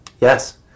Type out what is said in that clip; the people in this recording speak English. yes